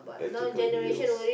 electrical bills